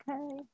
okay